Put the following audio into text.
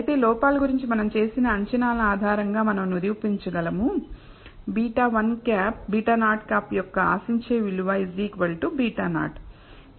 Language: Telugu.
అయితే లోపాల గురించి మనం చేసిన అంచనాల ఆధారంగా మనం నిరూపించగలము β̂0 యొక్క ఆశించే విలువ β₀